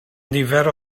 nifer